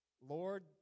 Lord